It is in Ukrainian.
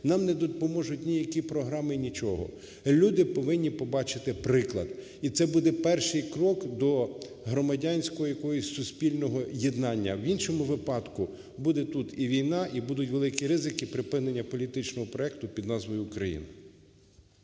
нам не допоможуть ніякі програми, нічого. Люди повинні побачити приклад і це буде перший крок до громадянського якогось суспільного єднання, в іншому випадку, буде тут і війна, і будуть великі ризики, припинення політичного проекту під назвою "Україна".